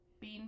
bean